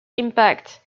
impact